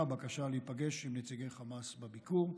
בקשה להיפגש עם נציגי חמאס בביקור.